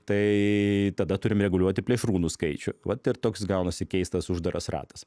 tai tada turim reguliuoti plėšrūnų skaičių vat ir toks gaunasi keistas uždaras ratas